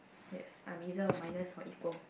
yes I'm either a minus or equal